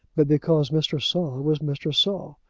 but because mr. saul was mr. saul,